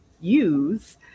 use